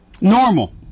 Normal